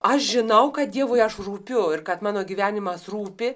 aš žinau kad dievui aš rūpiu ir kad mano gyvenimas rūpi